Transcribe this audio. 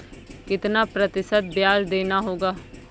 कितना प्रतिशत ब्याज देना होगा?